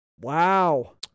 Wow